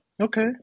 Okay